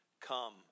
come